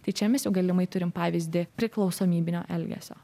tai čia mes jau galimai turim pavyzdį priklausomybių elgesio